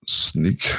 sneak